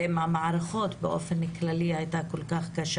ועם המערכות באופן כללי, היתה מאוד קשה.